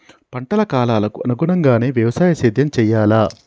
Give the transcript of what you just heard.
పంటల కాలాలకు అనుగుణంగానే వ్యవసాయ సేద్యం చెయ్యాలా?